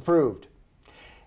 approved